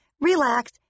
relax